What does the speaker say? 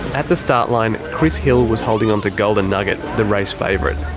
at the start line, chris hill was holding onto golden nugget, the race favourite.